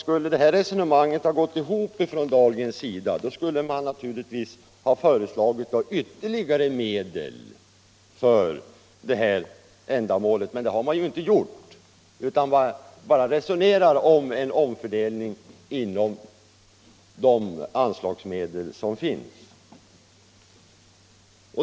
Herr talman! För att herr Dahlgren skulle få sitt resonemang att gå ihop borde han ha föreslagit ytterligare medel för det här ändamålet. Men det har han inte gjort, utan han resonerar bara om en omfördelning inom de anslag som finns.